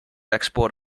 export